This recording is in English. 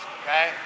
okay